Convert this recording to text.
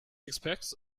expects